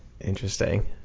Interesting